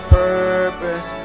purpose